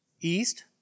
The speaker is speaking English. East